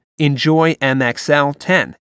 ENJOYMXL10